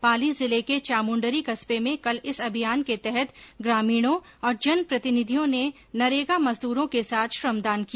पाली जिले के चामुंडरी कस्बे में कल इस अभियान के तहत ग्रामीणों और जनप्रतिनिधियों ने नरेगा मजदूरों के साथ श्रमदान किया